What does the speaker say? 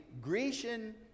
Grecian